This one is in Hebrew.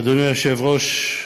אדוני היושב-ראש,